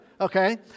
okay